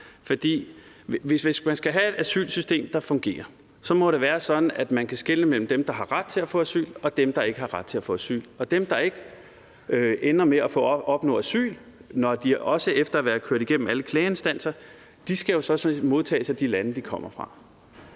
hvis man skal have et asylsystem, der fungerer, må det være sådan, at man kan skelne mellem dem, der har ret til at få asyl, og dem, der ikke har ret til at få asyl. Og dem, der ikke ender med at opnå asyl, heller ikke efter at være gået igennem alle klageinstanser, skal jo så modtages af de lande, de kommer fra.